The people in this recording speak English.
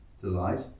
delight